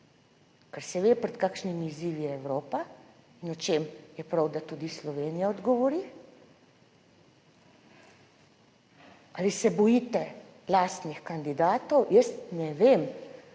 ker se ve, pred kakšnimi izzivi je Evropa in o čem je prav, da tudi Slovenija odgovori, ali se bojite lastnih kandidatov, jaz ne vem,